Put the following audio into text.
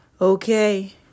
Okay